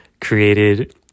created